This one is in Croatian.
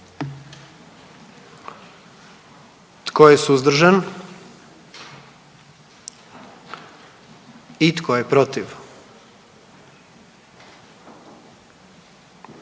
Tko je suzdržan? I tko je protiv?